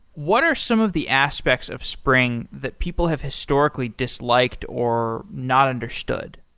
what are some of the aspects of spring that people have historically disliked or not understood?